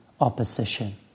opposition